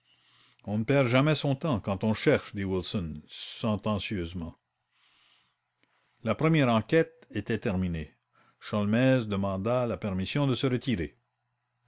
on ne perd jamais son temps quand on cherche dit wilson sentencieusement sholmès demanda la permission de se retirer